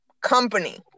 company